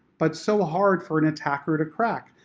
but so ah hard for an attacker to crack.